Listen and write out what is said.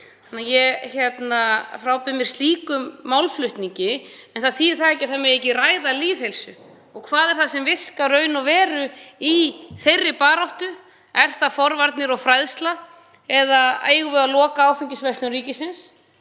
gera það. Ég frábið mér slíkan málflutning en það þýðir ekki að það megi ekki ræða lýðheilsu. Og hvað er það sem virkar í raun og veru í þeirri baráttu? Eru það forvarnir og fræðsla eða eigum við að loka áfengisverslun ríkisins?